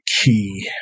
key